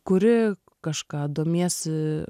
kuri kažką domiesi